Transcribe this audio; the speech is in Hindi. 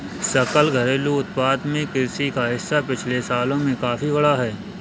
सकल घरेलू उत्पाद में कृषि का हिस्सा पिछले सालों में काफी बढ़ा है